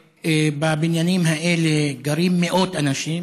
ובבניינים האלה גרים מאות אנשים.